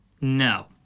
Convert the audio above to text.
No